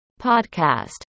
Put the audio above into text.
Podcast